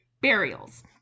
burials